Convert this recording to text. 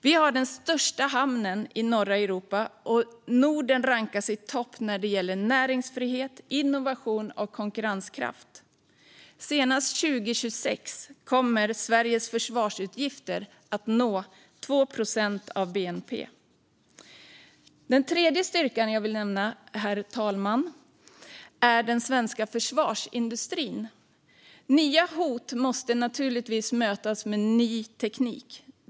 Vi har den största hamnen i norra Europa, och Norden rankas i topp när det gäller näringsfrihet, innovation och konkurrenskraft. Senast 2026 kommer Sveriges försvarsutgifter att nå 2 procent av bnp. Den tredje styrkan jag vill nämna, herr talman, är den svenska försvarsindustrin. Nya hot måste naturligtvis mötas med ny teknik.